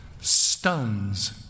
stuns